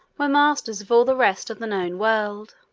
were masters of all the rest of the known world.